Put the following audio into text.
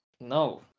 No